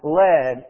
led